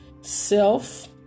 self